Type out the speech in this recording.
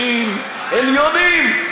רק בבית-המשפט העליון יושבים אנשים עליונים.